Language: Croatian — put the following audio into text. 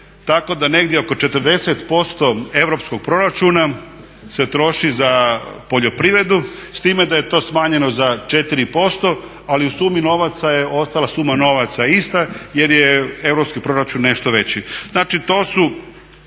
Tako da negdje oko 40% europskog proračuna se troši za poljoprivredu s time da je to smanjeno za 4% ali u sumi novaca je ostala suma novaca ista jer je europski proračun nešto veći.